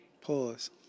Pause